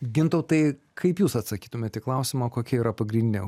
gintautai kaip jūs atsakytumėt į klausimą kokia yra pagrindinė